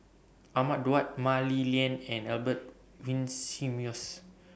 Ahmad Daud Mah Li Lian and Albert Winsemius